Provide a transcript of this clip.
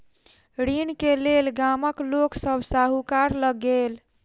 ऋण के लेल गामक लोक सभ साहूकार लग गेल